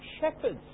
shepherds